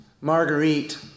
Marguerite